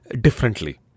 differently